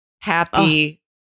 Happy